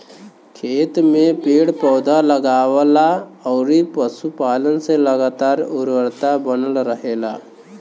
खेत में पेड़ पौधा, लगवला अउरी पशुपालन से लगातार उर्वरता बनल रहेला